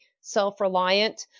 self-reliant